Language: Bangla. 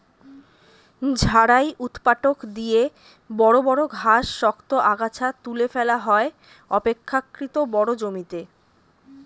ঝাড়াই ঊৎপাটক দিয়ে বড় বড় ঘাস, শক্ত আগাছা তুলে ফেলা হয় অপেক্ষকৃত বড় জমিতে